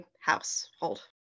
household